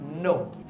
No